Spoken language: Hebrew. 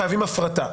חייבים הפרטה.